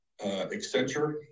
Accenture